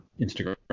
Instagram